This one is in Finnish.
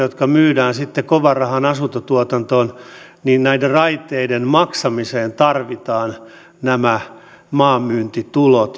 jotka myydään sitten kovanrahan asuntotuotantoon näiden raiteiden maksamiseen tarvitaan nämä maan myyntitulot